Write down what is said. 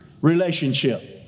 relationship